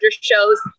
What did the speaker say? shows